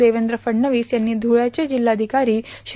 देवेंद्र फडणवीस यांनी ध्रळ्याचे जिल्हाधिकारी श्री